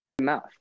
mouth